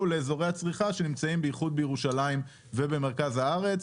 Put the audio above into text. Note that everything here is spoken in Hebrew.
לאזורי הצריכה שנמצאים בייחוד בירושלים ובמרכז הארץ.